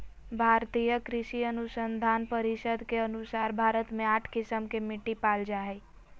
भारतीय कृषि अनुसंधान परिसद के अनुसार भारत मे आठ किस्म के मिट्टी पाल जा हइ